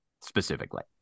specifically